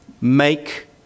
make